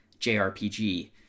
JRPG